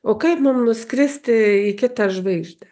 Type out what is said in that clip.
o kaip mum nuskristi į kitą žvaigždę